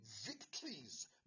victories